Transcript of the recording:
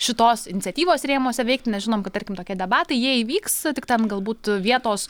šitos iniciatyvos rėmuose veikti nes žinom kad tarkim tokie debatai jie įvyks tik ten galbūt vietos